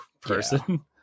person